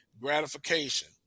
gratification